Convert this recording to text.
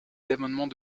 d’amendements